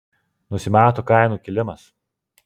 nusimato kainų kilimas